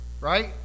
right